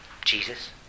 Jesus